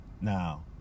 Now